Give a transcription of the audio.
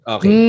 Okay